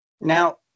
Now